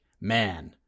man